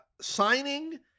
signing